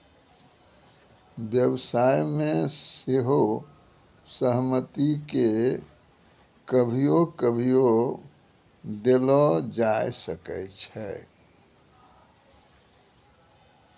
व्यवसाय मे सेहो सहमति के कभियो कभियो देलो जाय सकै छै